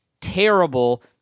terrible